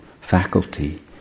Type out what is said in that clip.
faculty